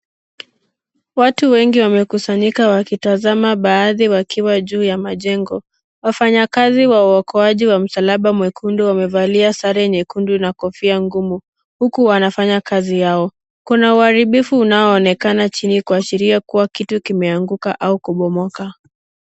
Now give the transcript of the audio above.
Watu wengi wamekusanyika wakitazama baadhi wakiwa juu ya majengo. Wafanyakazi wa waokoaji wa msalaba mwekundu, wamevalia sare nyekundu na kofia ngumu, huku wanafanya kazi yao. Kuna uharibifu unaonekana chini kuashiria kitu kimeanguka au kubomoka.